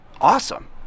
awesome